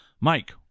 Mike